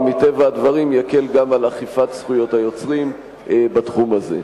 ומטבע הדברים יקל גם על אכיפת זכויות היוצרים בתחום הזה.